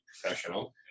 professional